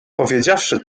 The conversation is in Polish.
powiedziawszy